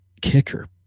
kicker